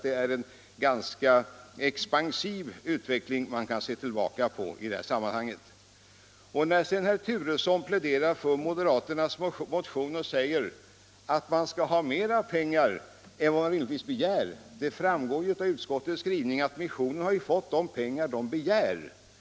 Det är en ganska expansiv utveckling man kan se tillbaka på i det här sammanhanget. Herr Turesson pläderar för moderaternas motion och säger att missionen skall ha mer pengar än den begär — det framgår av utskottets skrivning att missionen fått de pengar som man gjort framställning om.